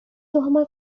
সময়